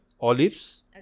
olives